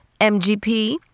MGP